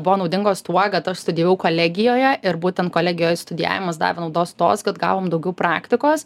buvo naudingos tuo kad aš studijavau kolegijoje ir būtent kolegijoj studijavimas davė naudos tos kad gavom daugiau praktikos